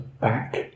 back